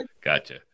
Gotcha